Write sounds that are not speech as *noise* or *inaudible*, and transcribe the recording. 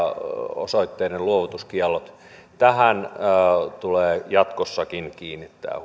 osoitteiden luovutuskiellot tähän tulee jatkossakin kiinnittää *unintelligible*